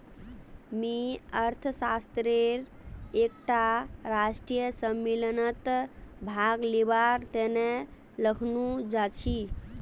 मुई अर्थशास्त्रेर एकटा राष्ट्रीय सम्मेलनत भाग लिबार तने लखनऊ जाछी